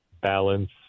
balance